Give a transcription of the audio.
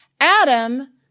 Adam